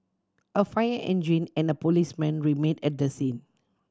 a fire engine and a policeman remained at the scene